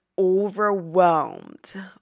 overwhelmed